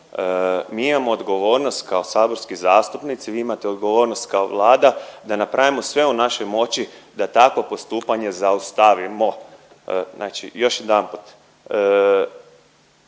Mi imamo odgovornost kao saborski zastupnici, vi imate odgovornost kao Vlada da napravimo sve u našoj moći da takvo postupanje zaustavimo. Znači još jedanput